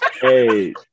Hey